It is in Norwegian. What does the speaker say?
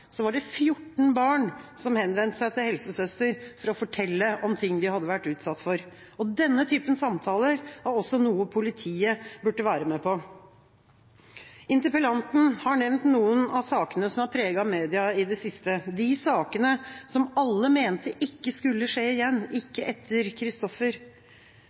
var det 14 barn som henvendte seg til helsesøster for å fortelle om ting de hadde vært utsatt for. Denne typen samtaler er noe som også politiet burde være med på. Interpellanten har nevnt noen av sakene som har preget media i det siste, de hendelsene som alle mente ikke skulle skje igjen